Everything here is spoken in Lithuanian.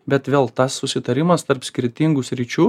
bet vėl tas susitarimas tarp skirtingų sričių